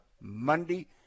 Monday